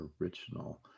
original